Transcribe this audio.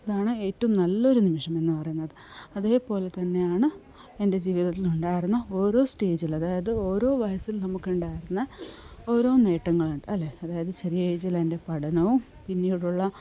അതാണ് ഏറ്റവും നല്ലൊരു നിമിഷം എന്നു പറയുന്നത് അതേ പോലെ തന്നെയാണ് എൻ്റെ ജീവിതത്തിൽ ഉണ്ടായിരുന്ന ഓരോ സ്റ്റേജിൽ അതായത് ഓരോ വയസ്സിൽ നമുക്കുണ്ടായിരുന്ന ഓരോ നേട്ടങ്ങളുണ്ട് അല്ലേ അതായത് ചെറിയ ഏജിലുള്ള എൻ്റെ പഠനവും പിന്നീടുള്ള